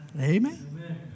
Amen